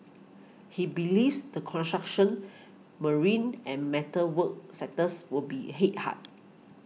he believes the construction marine and metal work sectors will be hit hard